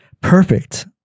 Perfect